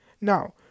Now